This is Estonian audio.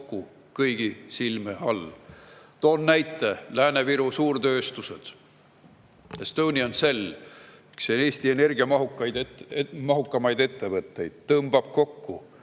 kõigi silme all kokku. Toon näiteks Lääne-Viru suurtööstused. Estonian Cell, üks Eesti energiamahukamaid ettevõtteid, tõmbab kokku,